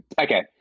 Okay